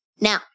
Now